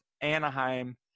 Anaheim